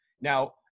Now